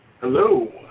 Hello